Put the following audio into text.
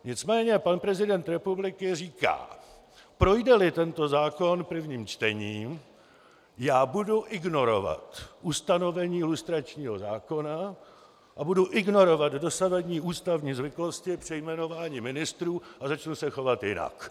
Nicméně pan prezident republiky říká: Projdeli tento zákon prvním čtením, já budu ignorovat ustanovení lustračního zákona a budu ignorovat dosavadní ústavní zvyklosti při jmenování ministrů a začnu se chovat jinak.